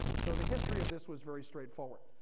so the history of this was very straightforward.